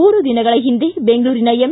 ಮೂರು ದಿನಗಳ ಹಿಂದೆ ಬೆಂಗಳೂರಿನ ಎಂ